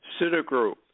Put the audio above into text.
Citigroup